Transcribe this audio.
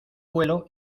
vuelo